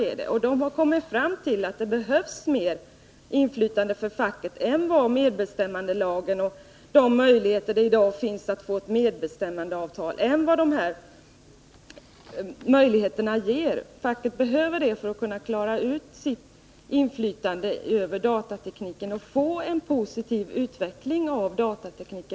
Och vid denna forskning har man kommit fram till att det behövs mer inflytande för facket än vad medbestämmandelagen och de möjligheter som i dag finns att få ett medbestämmandeavtal ger. Facket behöver större möjligheter till inflytande över datatekniken för att få till stånd en positiv utveckling av denna teknik.